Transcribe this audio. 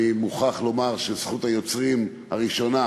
אני מוכרח לומר שזכות היוצרים הראשונה